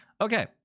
Okay